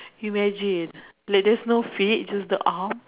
imagine like there's no feet just the arm